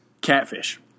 Catfish